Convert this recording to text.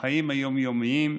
בחיים היום-יומיים,